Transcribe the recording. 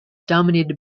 dominated